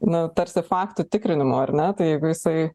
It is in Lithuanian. nu tarsi faktų tikrinimu ar ne tai jeigu jisai